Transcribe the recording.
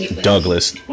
Douglas